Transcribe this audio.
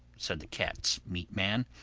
said the cat's, meat-man